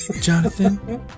Jonathan